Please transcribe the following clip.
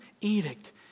edict